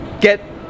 get